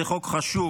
זה חוק חשוב.